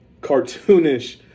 cartoonish